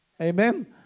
Amen